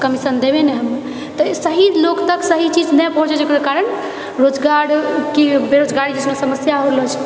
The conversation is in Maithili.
कमीशन देबए नहि हम तऽ सही लोग तक सहि चीज नहि पहुँचे छै जकरा कारण रोजगार कि बेरोजगारीके समस्या हो रहलो छै